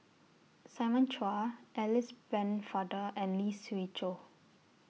Simon Chua Alice Pennefather and Lee Siew Choh